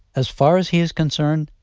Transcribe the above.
as far as he is concerned,